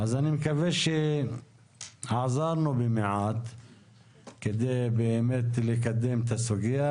אז אני מקווה שעזרנו במעט כדי באמת לקדם את הסוגיה